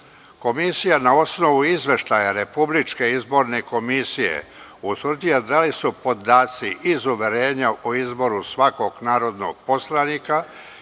član. Komisija, na osnovu izveštaja Republičke izborne komisije, utvrđuje da li su podaci iz uverenja o izboru svakog narodnog poslanika